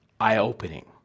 eye-opening